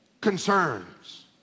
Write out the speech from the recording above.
Concerns